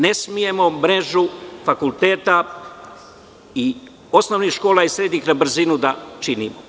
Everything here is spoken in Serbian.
Ne smemo mrežu fakulteta i osnovnih škola i srednjih na brzinu da činimo.